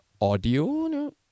audio